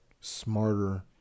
smarter